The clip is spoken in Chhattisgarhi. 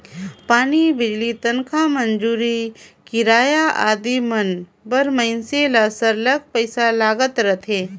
पानी, बिजली, तनखा, मंजूरी, किराया आदि मन बर मइनसे ल सरलग पइसा लागत रहथे